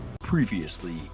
Previously